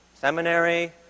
seminary